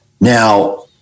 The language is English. Now